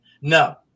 no